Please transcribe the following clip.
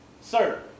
Sir